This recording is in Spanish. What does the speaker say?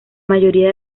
mayoría